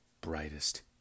brightest